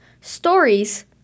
stories